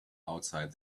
outside